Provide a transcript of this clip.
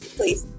please